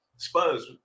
Spurs